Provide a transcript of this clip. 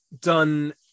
done